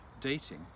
dating